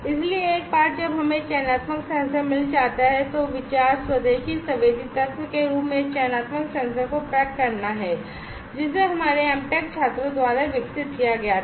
इसलिए एक बार जब हमें चयनात्मक सेंसर मिल जाता है तो विचार स्वदेशी संवेदी तत्व के रूप में चयनात्मक सेंसर को पैक करना है जिसे हमारे M Tech छात्रों द्वारा विकसित किया गया था